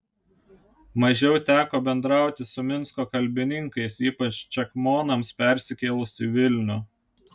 mažiau teko bendrauti su minsko kalbininkais ypač čekmonams persikėlus į vilnių